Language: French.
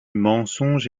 mensonge